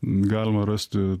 galima rasti